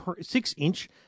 six-inch